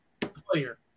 player